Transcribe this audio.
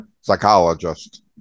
psychologist